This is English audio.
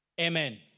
Amen